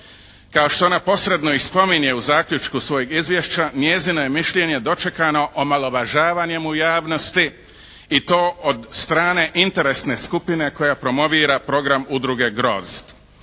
Kao što ona posredno i spominje u zaključku svojeg izvješća njezino je mišljenje dočekano omalovažavanjem u javnosti i to od strane interesne skupine koja promovira program Udruge «Grozd».